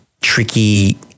tricky